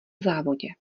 závodě